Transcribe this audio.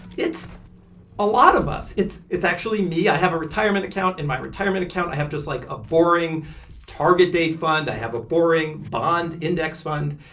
it's a lot of us. it's it's actually me. i have a retirement account. in my retirement account, i have just, like, a boring target date fund. i have a boring bond index fund.